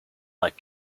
like